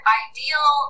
ideal